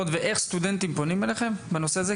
ואיך סטודנטים פונים אליכם בנושא הזה?